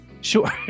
Sure